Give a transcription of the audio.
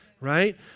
right